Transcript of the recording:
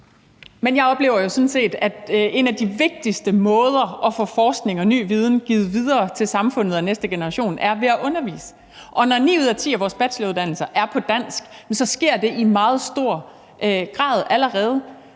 Jeg oplever jo sådan set, at en af de vigtigste måder at få forskning og ny viden givet videre til samfundet og næste generation på er ved at undervise, og når ni ud af ti af vores bacheloruddannelser er på dansk, sker det i meget stor grad allerede.